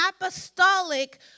apostolic